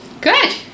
Good